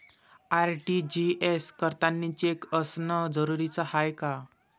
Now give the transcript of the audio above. RTGS करतांनी cheque असनं जरुरीच हाय का?